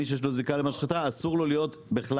מי שיש לו זיקה למשחטה אסור לו להיות בכלל